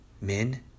Men